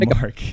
Mark